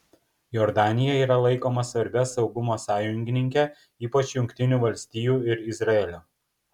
jordanija yra laikoma svarbia saugumo sąjungininke ypač jungtinių valstijų ir izraelio